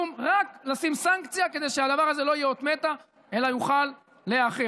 רק לשים סנקציה כדי שהדבר הזה לא יהיה אות מתה אלא יוכל להיאכף.